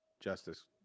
Justice